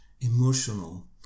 emotional